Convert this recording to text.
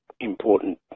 important